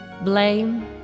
blame